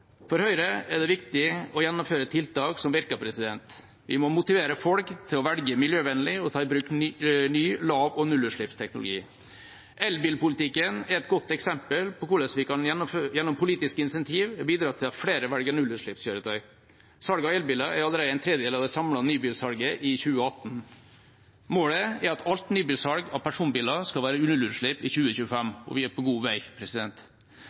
For Høyre er det viktig å gjennomføre tiltak som virker. Vi må motivere folk til å velge miljøvennlig og ta i bruk ny lav- og nullutslippsteknologi. Elbilpolitikken er et godt eksempel på hvordan vi gjennom politiske incentiv kan bidra til at flere velger nullutslippskjøretøy. Salget av elbiler er allerede en tredjedel av det samlede nybilsalget i 2018. Målet er at alt nybilsalg av personbiler skal være nullutslipp i 2025, og vi er på god vei.